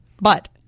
But-